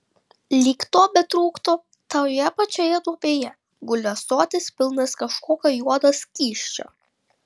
lyg to betrūktų toje pačioje duobėje guli ąsotis pilnas kažkokio juodo skysčio